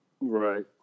Right